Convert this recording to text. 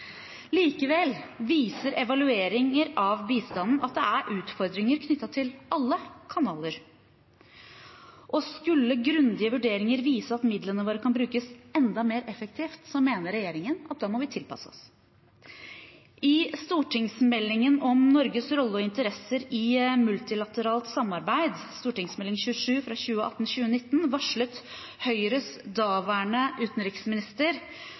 Likevel viser evalueringer av bistanden at det er utfordringer knyttet til alle kanaler. Skulle grundige vurderinger vise at midlene våre kan brukes enda mer effektivt, mener regjeringen at da må vi tilpasse oss. I stortingsmeldingen om Norges rolle og interesser i multilateralt samarbeid, Meld. St. 27 for 2018–2019, varslet Høyres daværende utenriksminister